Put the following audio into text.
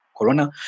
corona